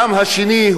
העם השני,